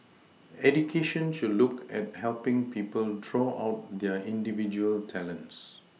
education should look at helPing people draw out their individual talents